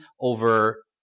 over